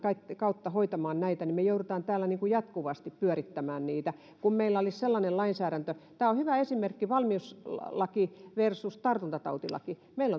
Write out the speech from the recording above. kautta hoitamaan näitä niin me joudumme täällä jatkuvasti pyörittämään niitä kun meillä olisi sellainen lainsäädäntö tämä on hyvä esimerkki valmiuslaki versus tartuntatautilaki meillä